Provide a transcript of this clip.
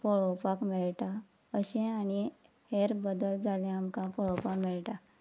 पळोवपाक मेळटा अशे आनी हेर बदल जाल्ले आमकां पळोवपाक मेळटा